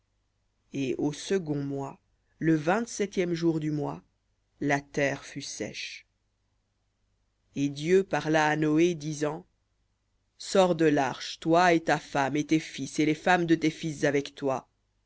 et au second mois le vingt-septième jour du mois la terre fut sèche et dieu parla à noé disant sors de l'arche toi et ta femme et tes fils et les femmes de tes fils avec toi